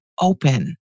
open